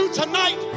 tonight